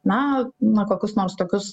na na kokius nors tokius